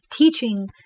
teaching